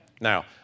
Now